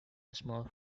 small